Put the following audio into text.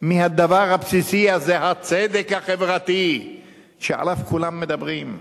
מהדבר הבסיסי הזה, הצדק החברתי שעליו כולם מדברים.